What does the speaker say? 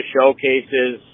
showcases